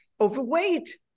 overweight